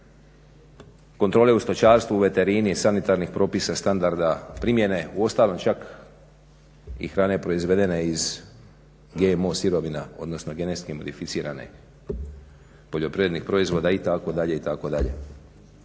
kontrole u stočarstvu, veterini, sanitarnih propisa, standardna primjene, u ostalo čak i hrane proizvedene iz GMO sirovina odnosno genetski modificiranih poljoprivrednih proizvoda itd., itd.